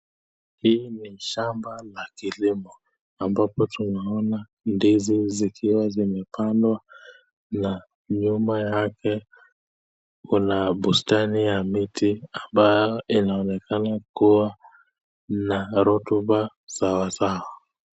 Hii ni shamba la kilimo, ambapo tunaona ndizi zikiwa zimepandwa na nyuma yake kuna bustani ya miti ambayo inaonekana kuwa na rotuba sawasawa.